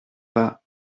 pas